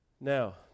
Now